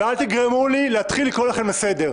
אל תגרמו לי להתחיל לקרוא לכם לסדר.